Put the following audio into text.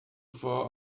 far